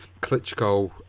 Klitschko